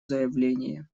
заявление